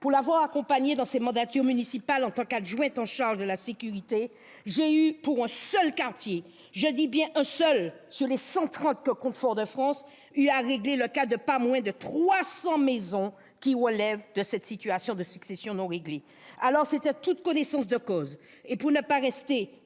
Pour l'avoir accompagné dans ses mandatures municipales en tant qu'adjointe en charge de la sécurité, j'ai eu pour un seul quartier- je dis bien un seul -, sur les cent trente que compte Fort-de-France, à traiter le cas de pas moins de 300 maisons qui relèvent de cette situation de succession non réglée. Alors, c'est en toute connaissance de cause et pour ne pas rester,